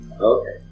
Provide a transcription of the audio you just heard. Okay